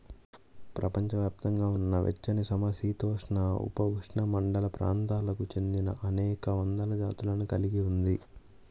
ప్రపంచవ్యాప్తంగా ఉన్న వెచ్చనిసమశీతోష్ణ, ఉపఉష్ణమండల ప్రాంతాలకు చెందినఅనేక వందల జాతులను కలిగి ఉంది